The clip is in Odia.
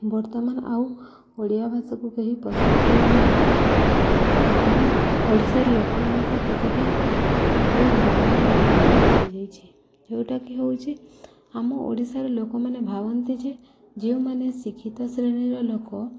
ବର୍ତ୍ତମାନ ଆଉ ଓଡ଼ିଆ ଭାଷାକୁ କେହି ପସନ୍ଦ କରୁନାହାନ୍ତି ଆମ ଓଡ଼ିଶାର ଲୋକମାନଙ୍କ କେତୋଟି ଭୁଲ୍ ଧାରଣା ମନ ଭିତରେ ରହିଯାଇଛି ଯେଉଁଟାକି ହଉଛି ଆମ ଓଡ଼ିଶାର ଲୋକମାନେ ଭାବନ୍ତି ଯେ ଯେଉଁମାନେ ଶିକ୍ଷିତ ଶ୍ରେଣୀର ଲୋକ